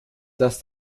das